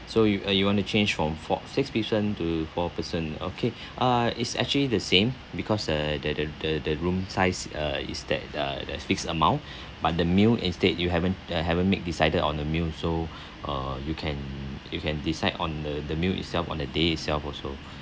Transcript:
so you uh you want to change from four six person to four person okay uh is actually the same because uh the the the the the room size uh is that uh that's fixed amount but the meal instead you haven't uh haven't make decided on the meal so uh you can you can decide on the the meal itself on the day itself also